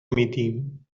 میدیم